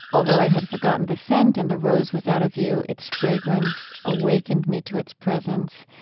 although i had forgotten the scent and the rose was out of view, its fragrance awakened me to its presence.